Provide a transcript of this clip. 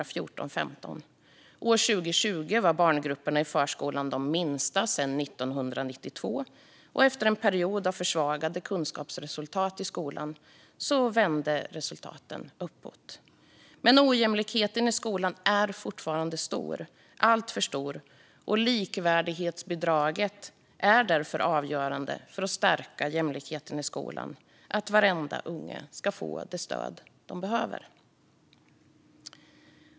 År 2020 var barngrupperna i förskolan de minsta sedan 1992. Och efter en period av försvagade kunskapsresultat i skolan vände resultaten uppåt. Men ojämlikheten i skolan är fortfarande alltför stor. Likvärdighetsbidraget är därför avgörande för att stärka jämlikheten i skolan. Varenda unge ska få det stöd han eller hon behöver.